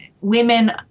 women